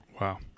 Wow